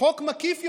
חוק מקיף יותר,